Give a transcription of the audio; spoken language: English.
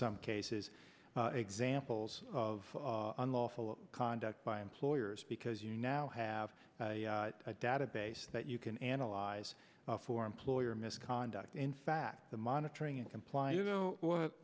some cases examples of unlawful conduct by employers because you now have a database that you can analyze for employer misconduct in fact the monitoring and comply you know what